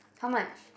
how much